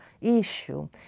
issue